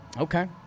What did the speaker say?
Okay